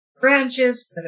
branches